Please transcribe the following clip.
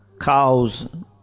cows